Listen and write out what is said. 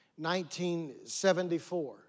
1974